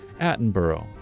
Attenborough